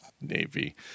Navy